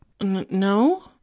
No